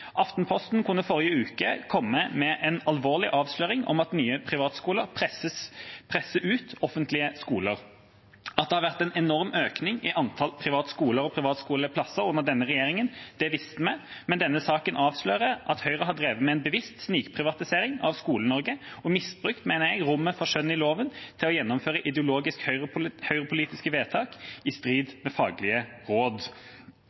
Aftenposten kunne forrige uke komme med en alvorlig avsløring av at nye privatskoler presser ut offentlige skoler. At det har vært en enorm økning i antallet private skoler og privatskoleplasser under denne regjeringa, visste vi, men denne saken avslører at Høyre har drevet med en bevisst snikprivatisering av Skole-Norge, og misbrukt, mener jeg, rommet for skjønn i loven til å gjennomføre ideologiske, høyrepolitiske vedtak i strid med faglige råd.